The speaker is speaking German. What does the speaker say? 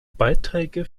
beiträge